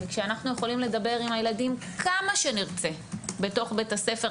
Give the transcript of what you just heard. כשאנחנו יכולים לדבר עם הילדים כמה שנרצה בתוך בית-הספר,